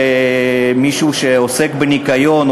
מישהו שעוסק בניקיון,